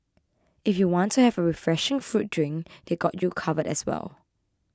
if you want to have a refreshing fruit drink they got you covered as well